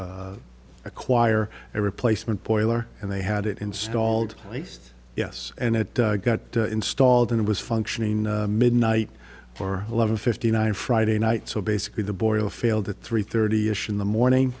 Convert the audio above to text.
and acquire a replacement boiler and they had it installed placed yes and it got installed and it was functioning midnight or eleven fifty nine friday night so basically the boiler failed at three thirty ish in the morning